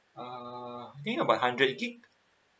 err I think about hundred gig